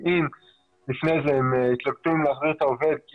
כי אם לפני כן הם התלבטו אם להחזיר את העובד כי